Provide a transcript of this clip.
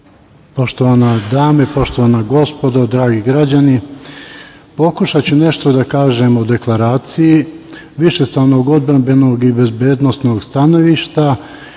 poštovane dame, poštovana gospodo, dragi građani, pokušaću nešto da kažem o deklaraciji, višestranog odbrambenog i bezbednosnog stanovišta